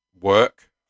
work